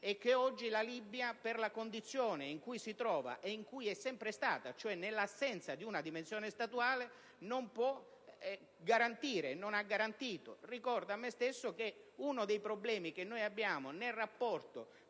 e che oggi la Libia, per la condizione in cui si trova e in cui è sempre stata, cioè nell'assenza di una dimensione statuale, non può garantire e non ha garantito. Ricordo a me stesso che uno dei problemi riscontrati in rapporto